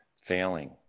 failing